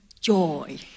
joy